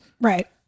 right